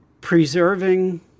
preserving